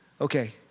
Okay